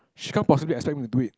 she can't possibly expect me to do it